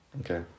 okay